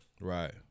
Right